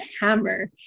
hammer